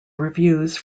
reviews